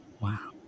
Wow